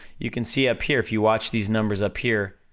you can see up here, if you watch these numbers up here,